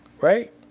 Right